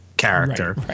Character